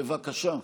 בבקשה.